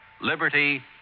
Liberty